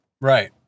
Right